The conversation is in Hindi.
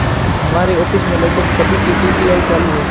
हमारे ऑफिस में लगभग सभी के पी.पी.आई चालू है